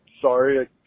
Sorry